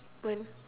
one